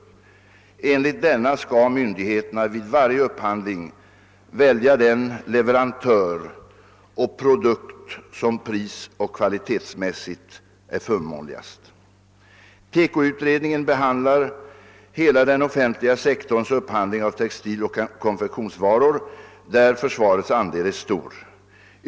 Enligt denna skall myndigheterna vid varje upphandling välja den leverantör och produkt som prisoch kvalitetsmässigt är förmånligast. TEKO-utredningen behandlar hela den offentliga sektorns upphandling av textiloch konfektionsvaror, där försvarets andel är stor.